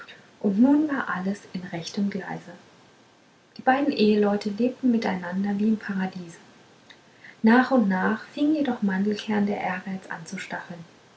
und nun war alles in rechtem gleise die beiden eheleute lebten miteinander wie im paradiese nach und nach fing jedoch mandelkern der ehrgeiz an zu stacheln